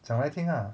讲来听 ah